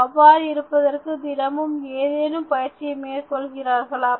அவ்வாறு இறப்பதற்காக தினமும் ஏதேனும் பயிற்சியை மேற்கொள்கிறார்களா